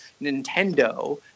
Nintendo